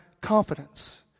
confidence